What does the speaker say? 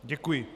Děkuji.